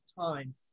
time